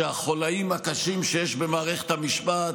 שהחוליים הקשים שיש במערכת המשפט,